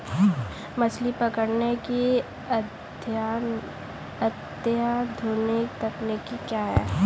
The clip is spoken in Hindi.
मछली पकड़ने की अत्याधुनिक तकनीकी क्या है?